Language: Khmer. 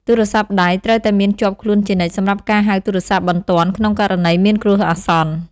ទូរស័ព្ទដៃ ត្រូវតែមានជាប់ខ្លួនជានិច្ចសម្រាប់ការហៅទូរស័ព្ទបន្ទាន់ក្នុងករណីមានគ្រោះអាសន្ន។